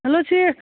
hello ꯁꯤ